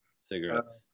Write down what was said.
cigarettes